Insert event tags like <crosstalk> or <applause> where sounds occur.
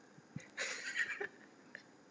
<laughs>